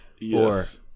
Yes